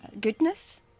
goodness